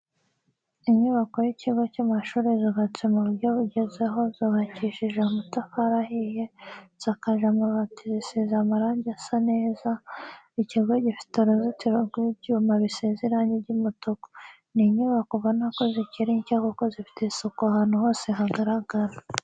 Inyubako y'ikigo cy'amashuri zubatse mu buryo bugezweho zubakishije amatafari ahiye, zisakaje amabati zisize amarange asa neza, ikigo gifite uruzitiro rw'ibyuma bisize irangi ry'umutuku. Ni inyubako ubona ko zikiri nshya kuko zifite isuku ahantu hose hagaragara.